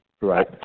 Right